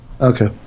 Okay